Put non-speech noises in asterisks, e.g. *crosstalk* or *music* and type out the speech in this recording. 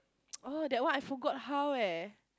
*noise* oh that one I forgot how eh